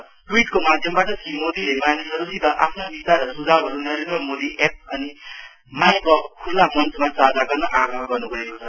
ठ्युइटको माध्यमबाट श्री मोदीले मानिसहरूसित आफ्ना विचार र सुझाउहरू नरेन्द्र मोदि एप अनि माइगभ खुल्ला मञ्चमा साझा गर्न आग्रह गर्नु भएको छ